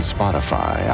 Spotify